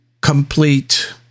complete